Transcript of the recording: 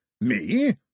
Me